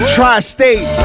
Tri-State